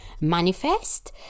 manifest